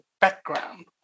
background